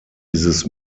dieses